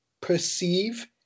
perceive